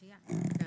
שי,